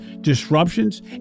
disruptions